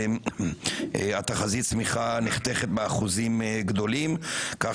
תחזית הצמיחה נחתכת באחוזים גדולים כך